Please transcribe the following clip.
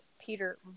Peter